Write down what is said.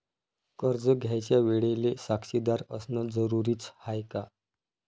कर्ज घ्यायच्या वेळेले साक्षीदार असनं जरुरीच हाय का?